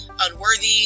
unworthy